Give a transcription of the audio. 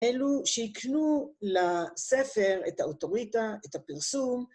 אלו שהקנו לספר, את האוטוריטה, את הפרסום.